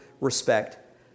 respect